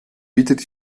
bietet